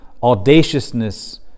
audaciousness